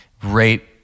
Great